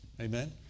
Amen